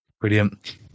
Brilliant